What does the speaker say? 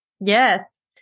Yes